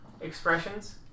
expressions